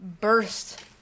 burst